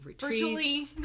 virtually